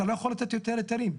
אתה לא יכול לתת יותר היתרים.